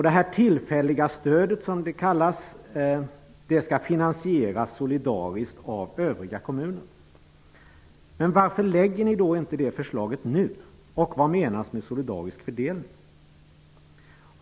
Det här tillfälliga stödet, som det kallas, skall finansieras solidariskt av övriga kommuner. Men varför lägger ni inte fram det förslaget nu, och vad menas med solidarisk fördelning?